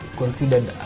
considered